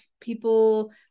people